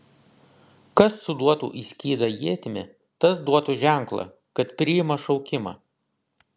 kas suduotų į skydą ietimi tas duotų ženklą kad priima šaukimą